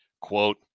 quote